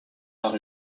par